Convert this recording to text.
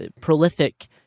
prolific